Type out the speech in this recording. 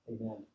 Amen